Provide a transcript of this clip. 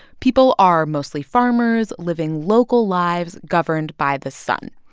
people are mostly farmers, living local lives governed by the sun.